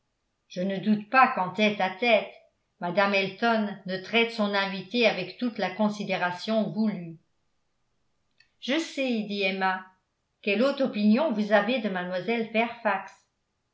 je ne doute pas qu'en tête à tête mme elton ne traite son invitée avec toute la considération voulue je sais dit emma quelle haute opinion vous avez de mlle fairfax